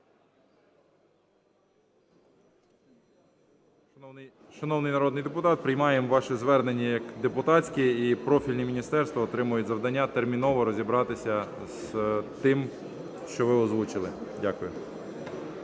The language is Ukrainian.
Шановний народний депутат, приймаємо ваше звернення як депутатське, і профільні міністерства отримають завдання терміново розібратися з тим, що ви озвучили. Дякую.